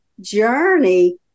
journey